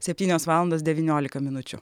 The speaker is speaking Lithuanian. septynios valandos devyniolika minučių